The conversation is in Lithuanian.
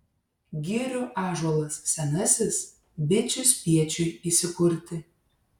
girių ąžuolas senasis bičių spiečiui įsikurti